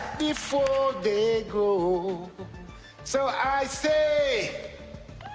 before they grow so i say.